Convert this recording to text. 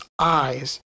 eyes